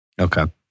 Okay